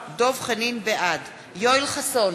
בעד יואל חסון,